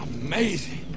Amazing